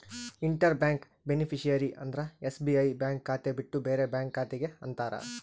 inter bank beneficiary ಅಂದ್ರ SBI bank ಖಾತೆ ಬಿಟ್ಟು ಬೇರೆ ಬ್ಯಾಂಕ್ ಖಾತೆ ಗೆ ಅಂತಾರ